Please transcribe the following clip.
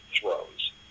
throws